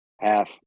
half